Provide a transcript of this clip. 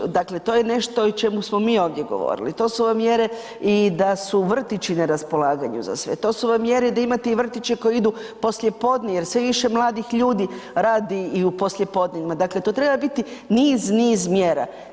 To su, dakle to je nešto i čemu smo i mi ovdje govorili, to su vam mjere i da su vrtići na raspolaganju za sve, to su vam mjere da imate i vrtiće koji idu poslije podne jer sve više mladih ljudi radi u poslije podne, dakle to treba biti niz, niz mjera.